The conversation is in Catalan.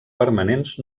permanents